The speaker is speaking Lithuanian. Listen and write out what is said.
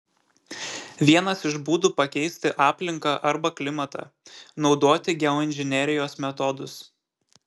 vienas iš būdų pakeisti aplinką arba klimatą naudoti geoinžinerijos metodus